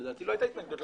לדעתי לא הייתה התנגדות.